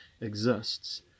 exists